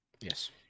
Yes